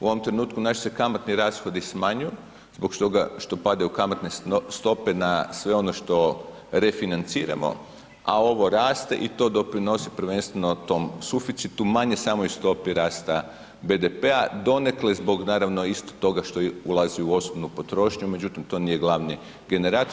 U ovom trenutku naši se kamatni rashodi smanjuju zbog toga što padaju kamatne stope na sve ono što refinanciramo, a ovo raste, i to doprinosi prvenstveno tom suficitu, manje samoj stopi rasta BDP-a, donekle zbog naravno isto toga što ulazi u osobnu potrošnju, međutim to nije glavni generator.